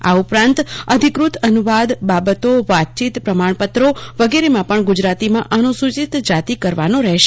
આ ઉપરાંત અધિકૃત અનુવાદ બાબતો વાતચીત પ્રમાજ્ઞપત્રો વગેરેમાં પજ્ઞ ગુજરાતીમાં અનુસૂચિત જાતિ કરવાનો રહેશે